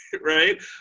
Right